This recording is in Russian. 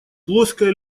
плоское